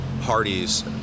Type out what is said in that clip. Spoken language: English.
parties